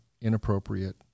inappropriate